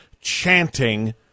chanting